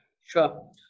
Sure